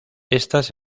estas